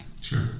Sure